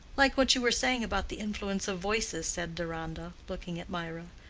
like what you were saying about the influence of voices, said deronda, looking at mirah.